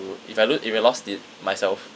if I lo~ if I lost it myself